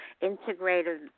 integrated